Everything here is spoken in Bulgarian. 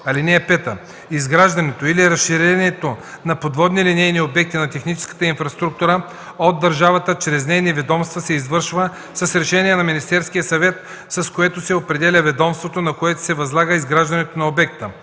второ. (5) Изграждането или разширението на подводни линейни обекти на техническата инфраструктура от държавата чрез нейни ведомства се извършва с решение на Министерския съвет, с което се определя ведомството, на което се възлага изграждането на обекта.